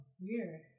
weird